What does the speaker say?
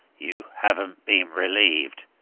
you havent been relieved,